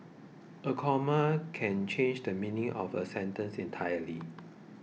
a comma can change the meaning of a sentence entirely